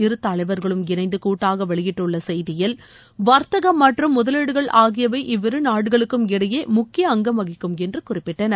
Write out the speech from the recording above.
இருதலைவர்களும் இணைந்து கூட்டாக வெளியிட்டுள்ள செய்தியில் வர்த்தகம் மற்றும் முதலீடுகள் ஆகியவை இவ்விரு நாடுகளுக்கும் இடையே முக்கிய அங்கம் வகிக்கும் என்று குறிப்பிட்டனர்